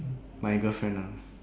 my girlfriend ah